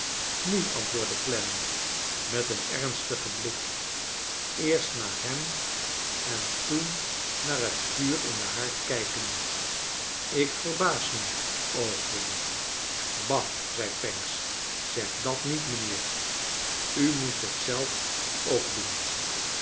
nu antwoordde clennam met een ernstigen blik eerst naar hem en toen naar het vuur in den haard kijkende ik verbaas me over ba zei pancks zeg dat niet mijnheer u moes't het zelf ook doen